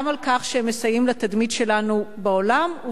גם על כך שהם מסייעים לתדמית שלנו בעולם,